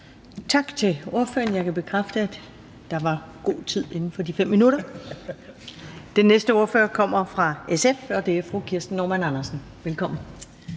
Tak til ordføreren. Jeg kan bekræfte, at der var god tid inden for de 5 minutter. Den næste ordfører kommer fra SF, og det er fru Kirsten Normann Andersen. Velkommen.